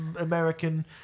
American